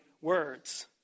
words